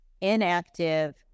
inactive